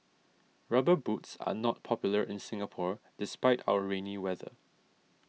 rubber boots are not popular in Singapore despite our rainy weather